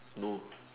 no